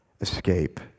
escape